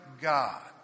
God